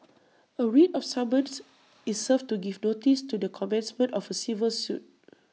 A writ of summons is served to give notice to the commencement of A civil suit